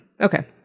Okay